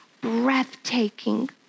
breathtaking